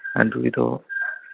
ꯑꯗꯨꯒꯤꯗꯣ